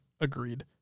Agreed